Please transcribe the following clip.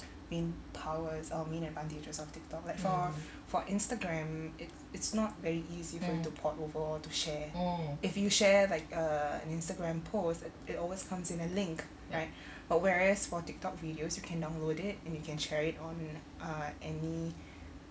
main powers or main advantages of tiktok like for for instagram it's it's not very easy for you to port over or to share if you share like err an instagram post it always comes in a link but whereas for tiktok videos you can download it and you can share it on uh any